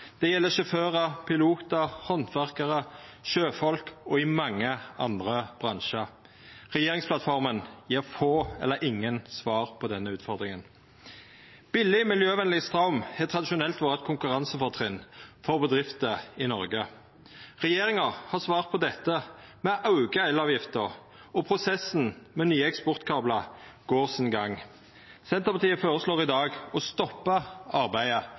Det gjeld sjåførar, pilotar, handverkarar, sjøfolk og mange andre bransjar. Regjeringsplattforma gjev få eller ingen svar på denne utfordringa. Billeg miljøvenleg straum har tradisjonelt vore eit konkurransefortrinn for bedrifter i Noreg. Regjeringa har svart på dette med å auka elavgifta, og prosessen med nye eksportkablar går sin gang. Senterpartiet føreslår i dag å stoppa arbeidet